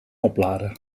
oplader